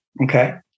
Okay